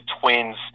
Twins